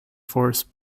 force